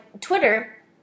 Twitter